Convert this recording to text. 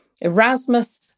Erasmus